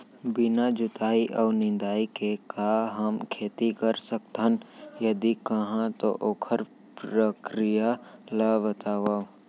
बिना जुताई अऊ निंदाई के का हमन खेती कर सकथन, यदि कहाँ तो ओखर प्रक्रिया ला बतावव?